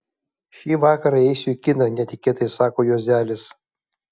šį vakarą eisiu į kiną netikėtai sako juozelis